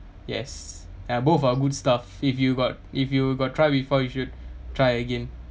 yes !aiya! both are good stuff if you got if you got try before you should try again